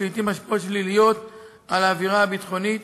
לעתים השפעות שליליות על האווירה הביטחונית